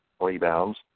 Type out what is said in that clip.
rebounds